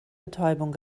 betäubung